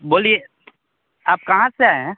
बोलिए आप कहाँ से आए हैं